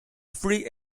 free